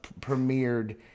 premiered